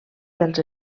dels